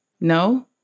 No